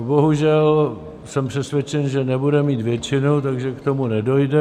Bohužel jsem přesvědčen, že nebude mít většinu, takže k tomu nedojde.